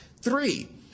Three